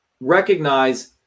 recognize